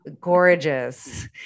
Gorgeous